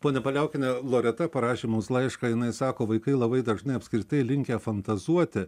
ponia paliaukiene loreta parašė mums laišką jinai sako vaikai labai dažnai apskritai linkę fantazuoti